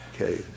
Okay